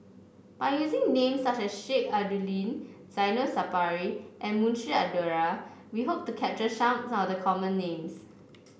by using names such as Sheik Alau'ddin Zainal Sapari and Munshi Abdullah we hope to capture some the common names